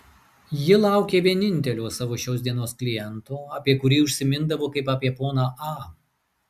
ji laukė vienintelio savo šios dienos kliento apie kurį užsimindavo kaip apie poną a